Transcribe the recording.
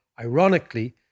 ironically